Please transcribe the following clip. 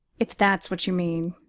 if that's what you mean,